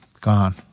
Gone